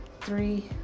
three